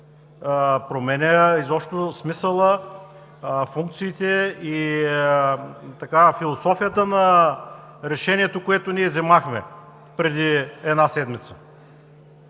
променя изобщо смисъла, функциите и философията на решението, което ние взехме преди една седмица.